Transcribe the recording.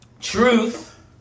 Truth